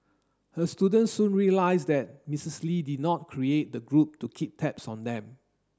her students soon realised that Mrs Lee did not create the group to keep tabs on them